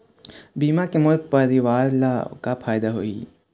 बीमा के मोर परवार ला का फायदा होही?